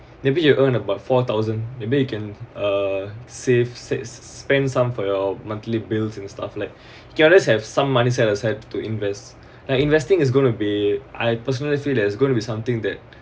maybe you're earn about four thousand maybe you can uh saved sa~ spend some for your monthly bills and stuff like you can always have some money set aside to invest like investing is gonna be I personally feel that there's gonna be something that